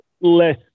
less